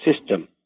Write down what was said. system